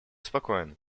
спокоен